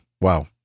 wow